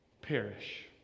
perish